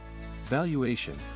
Valuation